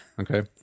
Okay